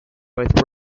both